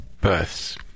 births